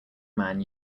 man